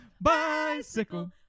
bicycle